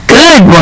good